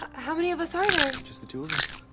how many of us are there? just the two of us.